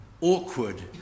awkward